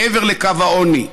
מעבר לקו העוני,